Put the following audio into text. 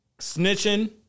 snitching